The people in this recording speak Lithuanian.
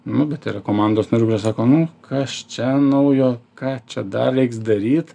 nu bet yra komandos narių kurie sako nu kas čia naujo ką čia dar reiks daryt